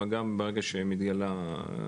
גם ברגע שמתגלה המחלה.